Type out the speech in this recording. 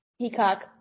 Peacock